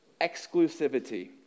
exclusivity